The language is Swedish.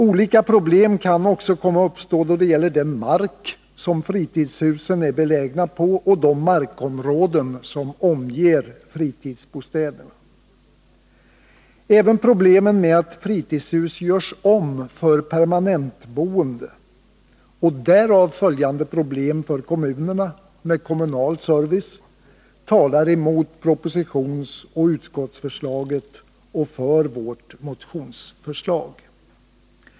Olika problem kan också komma att uppstå då det gäller den mark som fritidshusen är belägna på och de markområden som omger fritidsbostäderna. Även problemen med att fritidshus görs om för permanentboende och de därav följande problemen för kommunerna med kommunal service talar emot propositionsoch utskottsförslaget och för vårt motionsförslag.